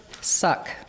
Suck